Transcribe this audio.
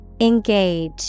Engage